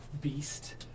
beast